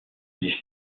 les